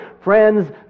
Friends